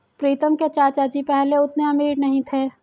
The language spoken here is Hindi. प्रीतम के चाचा जी पहले उतने अमीर नहीं थे